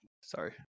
Sorry